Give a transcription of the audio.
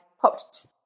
popped